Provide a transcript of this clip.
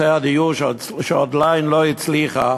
שעדיין לא הצליחה